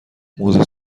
موزه